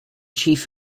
chief